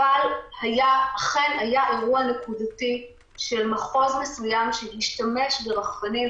אבל אכן היה אירוע נקודתי של מחוז מסוים שהשתמש ברחפנים,